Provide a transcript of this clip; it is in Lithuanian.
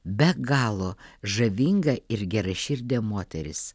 be galo žavinga ir geraširdė moteris